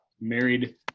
married